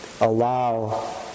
Allow